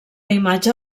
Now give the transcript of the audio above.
imatge